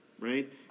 right